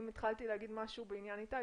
אם התחלתי להגיד משהו בעניין איתי,